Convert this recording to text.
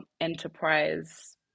enterprise